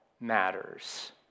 matters